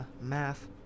math